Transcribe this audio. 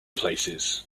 places